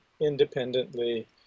independently